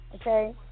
Okay